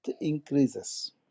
increases